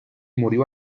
murió